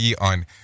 on